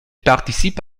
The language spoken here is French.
participe